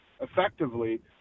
effectively